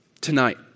tonight